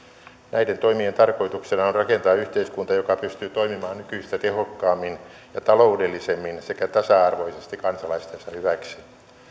näiden toimien tarkoituksena on rakentaa yhteiskunta joka pystyy toimimaan nykyistä tehokkaammin ja taloudellisemmin sekä tasa arvoisesti kansalaistensa hyväksi